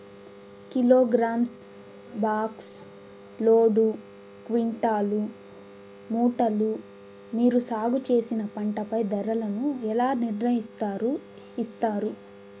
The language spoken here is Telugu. కిలోగ్రామ్, బాక్స్, లోడు, క్వింటాలు, మూటలు మీరు సాగు చేసిన పంటపై ధరలను ఎలా నిర్ణయిస్తారు యిస్తారు?